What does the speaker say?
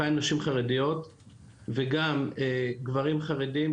וגם גברים חרדים,